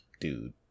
dude